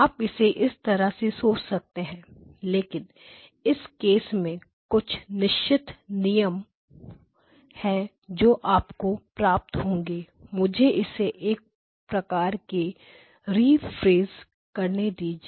आप इसे इस तरह से सोच सकते हैं लेकिन इस में कुछ निश्चित नियम और निर्देश है जो आपको प्राप्त होंगे मुझे इसे एक प्रकार से रिफ्रेश करने दीजिए